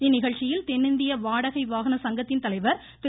இந்நிகழ்ச்சியில் தென்னிந்திய வாடகை வாகன சங்கத்தின் தலைவர் திரு